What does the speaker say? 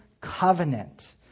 covenant